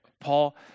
Paul